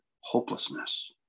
hopelessness